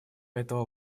этого